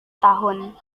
tahun